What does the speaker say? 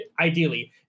ideally